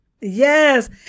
Yes